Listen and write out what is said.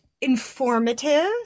informative